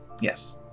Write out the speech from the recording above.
Yes